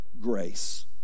grace